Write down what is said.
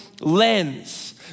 lens